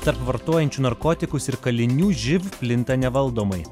tarp vartojančių narkotikus ir kalinių živ plinta nevaldomai